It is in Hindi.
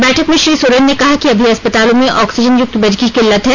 बैठक में श्री सोरेन ने कहा कि अभी अस्पतालों में ऑक्सीजन युक्त बेड की किल्लत है